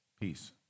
peace